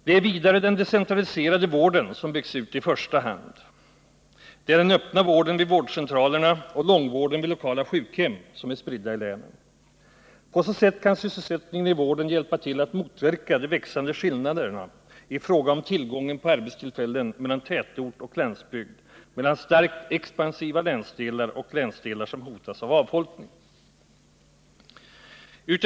Det är vidare den decentraliserade vården som byggs ut i första hand. Det är den öppna vården vid vårdcentralerna och långvården vid lokala sjukhem som är spridda i länen. På så sätt kan sysselsättningen i vården hjälpa till att motverka de växande skillnaderna i fråga om tillgången på arbetstillfällen mellan tätort och landsbygd, mellan starkt expansiva länsdelar och länsdelar som hotas av avfolkning.